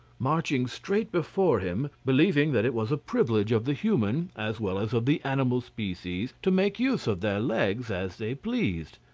marching straight before him, believing that it was a privilege of the human as well as of the animal species to make use of their legs as they pleased.